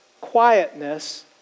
quietness